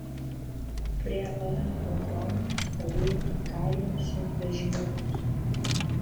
prie aerodromo stovėjo tik galio sunkvežimiukas